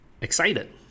excited